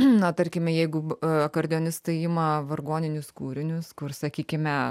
na tarkime jeigu b akordeonistai ima vargoninius kūrinius kur sakykime